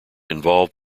involved